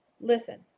listen